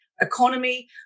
economy